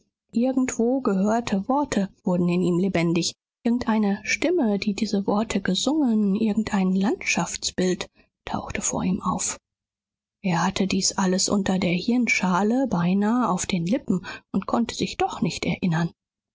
irgendwo gehörte worte wurden in ihm lebendig irgendeine stimme die diese worte gesungen irgendein landschaftsbild tauchte vor ihm auf er hatte dies alles unter der hirnschale beinahe auf den lippen und konnte sich doch nicht erinnern